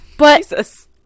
Jesus